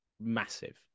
massive